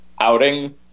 outing